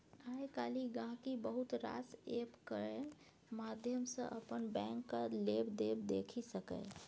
आइ काल्हि गांहिकी बहुत रास एप्प केर माध्यम सँ अपन बैंकक लेबदेब देखि सकैए